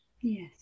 yes